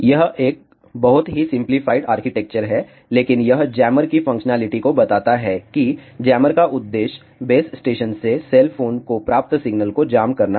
यह एक बहुत ही सिंपलीफाइड आर्किटेक्चर है लेकिन यह जैमर की फंक्शनैलिटी को बताता है कि जैमर का उद्देश्य बेस स्टेशन से सेल फोन को प्राप्त सिग्नल को जाम करना है